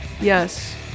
Yes